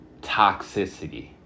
toxicity